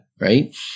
right